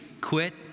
quit